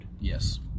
Yes